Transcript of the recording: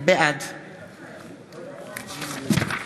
בעד